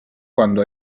quando